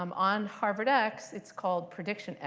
um on harvardx, it's it's called predictionx.